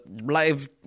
live